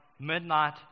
midnight